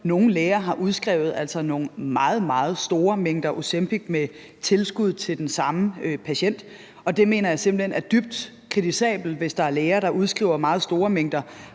nogle læger altså har udskrevet nogle meget, meget store mængder Ozempic med tilskud til den samme patient. Og jeg mener simpelt hen, det er dybt kritisabelt, hvis der er læger, der udskriver meget store mængder